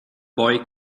boy